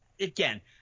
again